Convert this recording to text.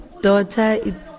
daughter